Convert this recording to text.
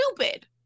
stupid